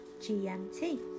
GMT